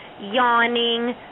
yawning